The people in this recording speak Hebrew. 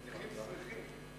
להשתתף בנאומים בני דקה,